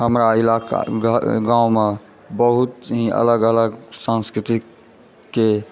हमरा इलाका गाममे बहुत ही अलग अलग संस्कृतिके